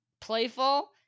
playful